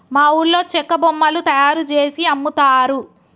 మా ఊర్లో చెక్క బొమ్మలు తయారుజేసి అమ్ముతారు